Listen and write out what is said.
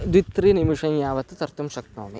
द्वित्रिनिमिषं यावत् तर्तुं शक्नोमि